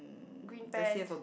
green pants